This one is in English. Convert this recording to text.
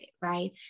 Right